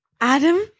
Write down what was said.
adam